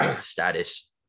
status